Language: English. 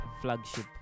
flagship